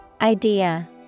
Idea